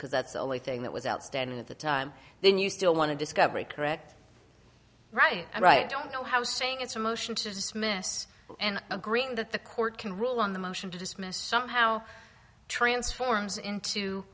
because that's the only thing that was outstanding at the time then you still want to discover a correct right right i don't know how saying it's a motion to dismiss and agreeing that the court can rule on the motion to dismiss somehow transforms into